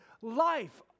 life